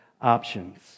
options